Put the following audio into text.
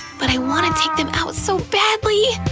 but i wanna take them out so badly!